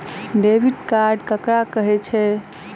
Debit card ककरा कहै छै?